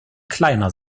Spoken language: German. kleiner